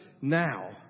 now